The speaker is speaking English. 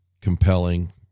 compelling